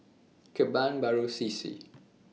Kebun Baru C C